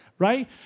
right